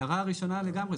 ההערה הראשונה לגמרי,